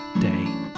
day